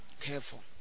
careful